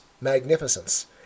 magnificence